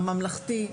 הממלכתי,